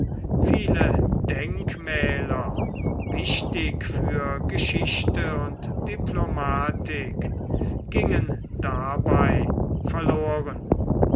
viele denkmäler wichtig für geschichte und diplomatik gingen dabei verloren